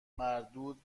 مردود